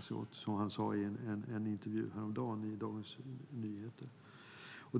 sig åt bostadspolitik, något han sade i en intervju häromdagen i Dagens Nyheter.